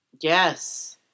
Yes